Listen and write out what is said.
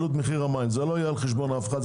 עלות מחיר המים לא תהיה על חשבון אף אחד,